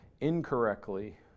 incorrectly